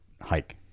hike